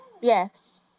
Yes